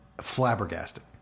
flabbergasted